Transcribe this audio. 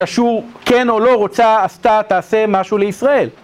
קשור כן או לא רוצה, עשתה, תעשה משהו לישראל